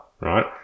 right